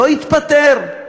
לא יתפטר?